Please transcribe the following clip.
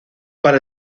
para